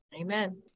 Amen